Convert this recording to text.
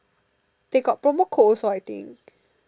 they got promo code also I think